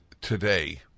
today